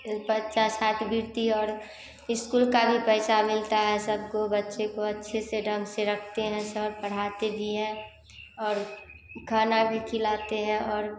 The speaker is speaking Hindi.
बच्चा छात्रवृत्ति और इस्कूल का भी पैसा मिलता है सबको बच्चे को अच्छे से ढंग से रखते हैं सर पढ़ाते भी हैं और खाना भी खिलाते हैं और